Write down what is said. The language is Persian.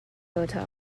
اتاق